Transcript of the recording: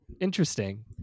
Interesting